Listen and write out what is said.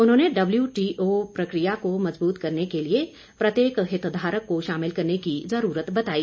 उन्होंने डब्ल्यूटीओ प्रकिया को मजबूत करने के लिए प्रत्येक हितधारक को शामिल करने की जरूरत बताई